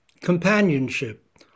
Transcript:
companionship